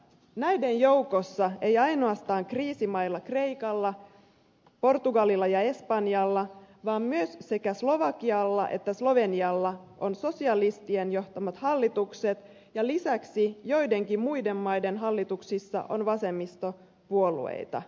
näiden joukossa ei ainoastaan kriisimailla kreikalla portugalilla ja espanjalla vaan myös sekä slovakialla että slovenialla on sosialistien johtamat hallitukset ja lisäksi joidenkin muiden maiden hallituksissa on vasemmistopuolueita